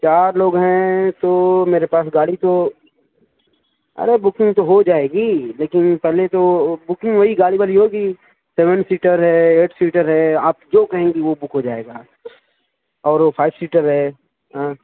چار لوگ ہیں تو میرے پاس گاڑی تو ارے بکنگ تو ہو جائے گی لیکن پہلے تو بکنگ وہی گاڑی والی ہوگی سیون سیٹر ہے ایٹ سیٹر ہے آپ جو کہیں گی بک ہو جائے گا اور وہ فائیو سیٹر ہے ہاں